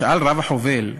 שאל הרב-חובל: